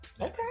okay